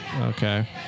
Okay